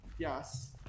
Yes